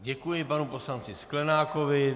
Děkuji panu poslanci Sklenákovi.